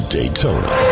Daytona